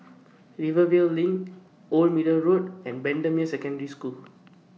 Rivervale LINK Old Middle Road and Bendemeer Secondary School